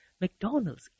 McDonald's